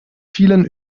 vielen